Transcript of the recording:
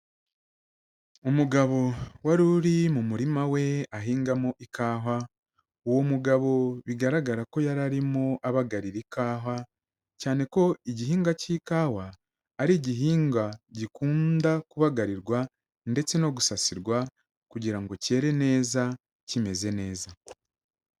Umugabo wari uri mu murima we ahingamo ikawa, uwo mugabo bigaragara ko yari arimo abagarira ikawa, cyane ko igihinga cy'ikawa, ari igihinga gikunda kubagarirwa ndetse no gusasirwa, kugira ngo kere neza, kimeze neza.